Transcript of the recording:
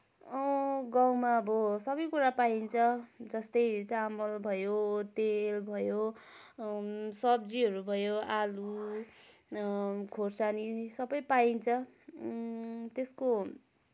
गाउँमा अब सबै कुरा पाइन्छ जस्तै चामल भयो तेल भयो सब्जीहरू भयो आलु खुर्सानी सबै पाइन्छ त्यसको